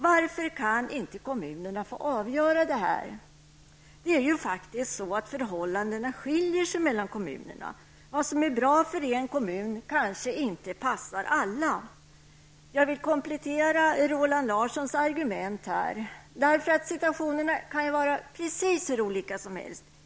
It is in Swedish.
Varför kan inte kommunerna själva få avgöra? Förhållandena skiljer sig mellan kommunerna. Det som är bra för en kommun kanske inte passar alla kommuner. Jag vill komplettera Roland Larssons argument. Situationen kan variera hur mycket som helst.